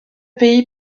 pays